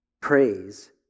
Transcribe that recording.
Praise